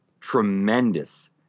tremendous